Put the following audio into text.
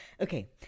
Okay